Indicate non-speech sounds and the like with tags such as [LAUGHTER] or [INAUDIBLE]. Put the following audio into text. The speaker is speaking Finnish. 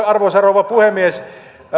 [UNINTELLIGIBLE] arvoisa rouva puhemies